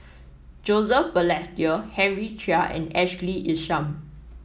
Joseph Balestier Henry Chia and Ashley Isham